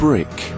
Brick